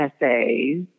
essays